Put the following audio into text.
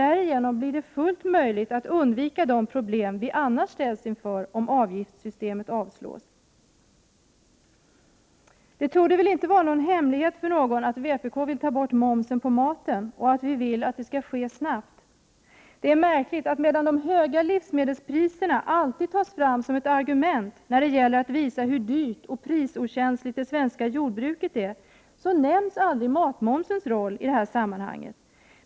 Därigenom blir det fullt möjligt att undvika de problem vi annars ställs inför om avgiftssystemet avslås. Det torde väl inte vara någon hemlighet för någon att vpk vill ta bort momsen på maten. Vi vill att det skall ske snabbt. Det är märkligt att medan de höga livsmedelspriserna alltid tas fram som ett argument när det gäller att visa hur dyrt och prisokänsligt det svenska jordbruket är, så nämns aldrig matmomsens roll i det sammanhanget.